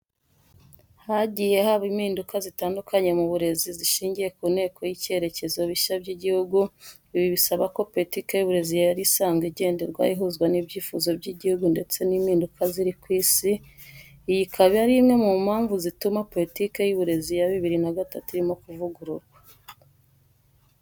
Hagiye haba impinduka zitandukanye mu burezi, zishingiye ku ntego n’icyerekezo bishya by’igihugu. Ibi bisaba ko politike y’Uburezi yari isanzwe igenderwaho ihuzwa n’ibyifuzo by’igihugu ndetse n’impinduka ziri ku Isi. Iyi ikaba ari imwe mu mpamvu zituma politike y’uburezi ya bibiri na gatatu irimo kuvugururwa.